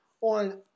on